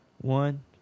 one